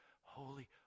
holy